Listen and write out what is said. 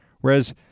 Whereas